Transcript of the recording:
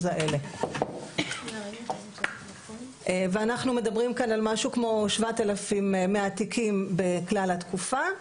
האלה ואנחנו מדברים כאן על משהו כמו 7,100 תיקים בכלל התקופה,